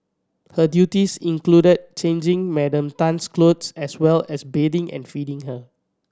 her duties included changing Madam Tan's clothes as well as bathing and feeding her